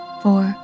four